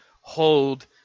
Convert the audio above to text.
hold